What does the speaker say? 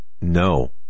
no